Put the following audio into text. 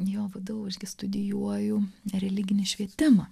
jo vdu aš gi studijuoju religinį švietimą